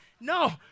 No